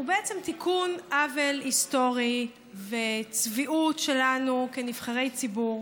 הוא בעצם תיקון עוול היסטורי וצביעות שלנו כנבחרי ציבור.